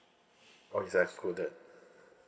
oh is excluded